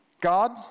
God